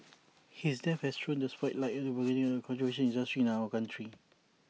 his death has thrown the spotlight on A burgeoning but controversial industry in our country